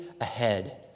ahead